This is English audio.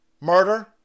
murder